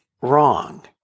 wrong